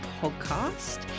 podcast